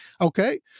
Okay